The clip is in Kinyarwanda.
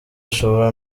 ashobora